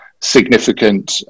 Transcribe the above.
significant